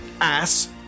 ass